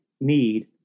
need